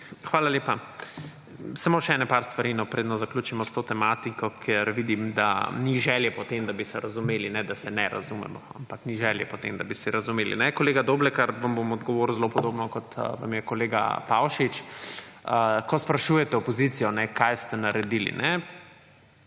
Hvala lepa. Samo še ene par stvari predno zaključimo s to tematiko, ker vidim, da ni želje po tem, da bi se razumeli, ne da se ne razumemo, ampak ni želje po tem, da bi se razumeli. Kolega Doblekar, vam bom odgovoril zelo podobno kot vam je kolega Pavšič. Ko sprašujete opozicijo, kaj ste naredili?